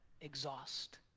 exhaust